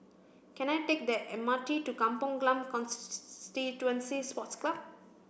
can I take the M R T to Kampong Glam Sports Club